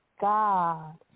God